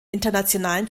internationalen